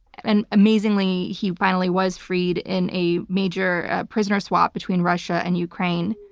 and amazingly, he finally was freed in a major prisoner swap between russia and ukraine.